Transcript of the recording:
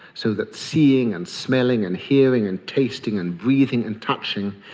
so that seeing and smelling and hearing and tasting and breathing and touching,